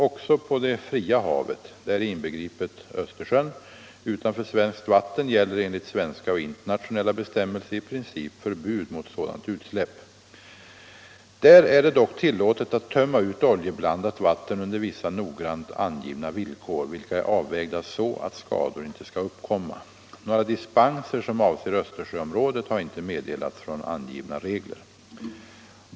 Också på det fria havet, däri inbegripet Östersjön utanför svenskt vatten, gäller enligt svenska och internationella bestämmelser i princip förbud mot sådant utsläpp. Där är det dock tillåtet att tömma ut oljeblandat vatten under vissa noggrant angivna villkor, som är avvägda så att skador inte skall uppkomma. Några dispenser som avser Östersjöområdet har inte meddelats från angivna regler.